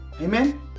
Amen